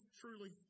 truly